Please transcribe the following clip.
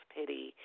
pity